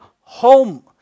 home